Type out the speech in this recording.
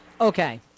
Okay